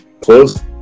close